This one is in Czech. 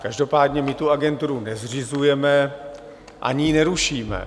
Každopádně my tu agenturu nezřizujeme ani ji nerušíme.